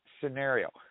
scenario